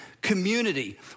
community